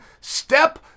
step